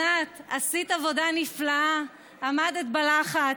ענת, עשית עבודה נפלאה, עמדת בלחץ.